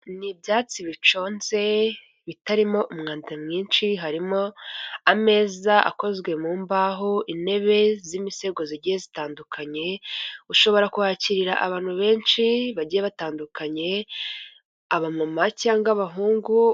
Ni ibyatsi biconze bitarimo umwanda mwinshi harimo ameza akozwe mu mbaho intebe z'imisego zigiye zitandukanye, ushobora kwakira abantu benshi bagiye batandukanye abamama cyangwa abahungu.